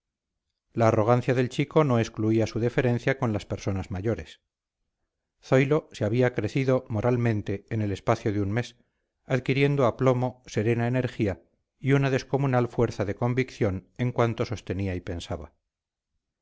la arrogancia del chico no excluía su deferencia con las personas mayores zoilo se había crecido moralmente en el espacio de un mes adquiriendo aplomo serena energía y una descomunal fuerza de convicción en cuanto sostenía y pensaba